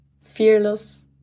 fearless